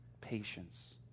patience